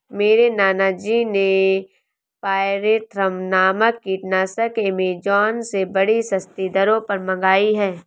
मेरे नाना जी ने पायरेथ्रम नामक कीटनाशक एमेजॉन से बड़ी सस्ती दरों पर मंगाई है